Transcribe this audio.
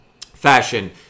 fashion